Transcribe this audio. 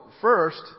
first